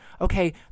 Okay